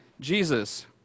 Jesus